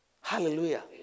Hallelujah